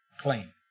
clean